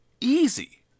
easy